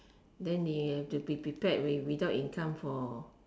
then they have to be prepared with without income for